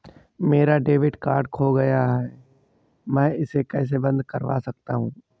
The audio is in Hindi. मेरा डेबिट कार्ड खो गया है मैं इसे कैसे बंद करवा सकता हूँ?